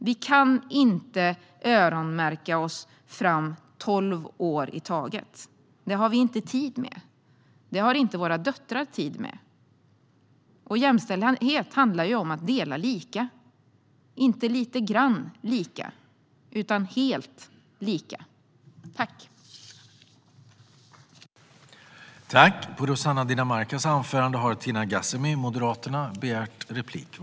Vi kan inte öronmärka oss fram tolv år i taget. Det har vi inte tid med. Det har inte våra döttrar tid med. Jämställdhet handlar om att dela lika. Inte lite grann lika utan helt lika.